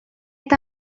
eta